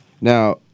Now